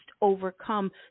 overcome